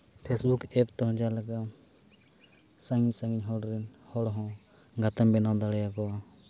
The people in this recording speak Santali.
ᱯᱷᱮᱥᱵᱩᱠ ᱮᱯ ᱛᱮᱦᱚᱸ ᱡᱟᱦᱟᱸᱞᱮᱠᱟ ᱥᱟᱺᱜᱤᱧᱼᱥᱟᱺᱜᱤᱧ ᱨᱮᱱ ᱦᱚᱲ ᱦᱚᱸ ᱜᱟᱛᱮᱢ ᱵᱮᱱᱟᱣ ᱫᱟᱲᱮᱭᱟ ᱠᱚᱣᱟ